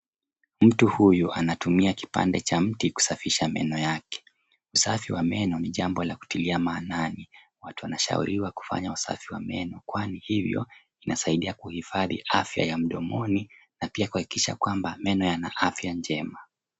Mtu huyu anatumia kipande cha mti kusafisha meno yake. Usafi wa meno ni jambo la kutilia maanani, watu wanashauriwa kufanya usafi wa meno kwani hivyo inasaidia kuhifadhi afya ya mdomoni na kuhakikisha kwamba meno yana afya njema.